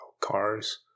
cars